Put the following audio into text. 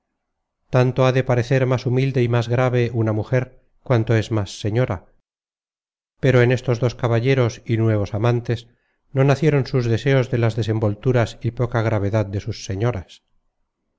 tanto ha de parecer más humilde y más grave una mujer cuanto es más señora pero en estos dos caballeros y nuevos amantes no nacieron sus deseos de las desenvolturas y poca gravedad de sus señoras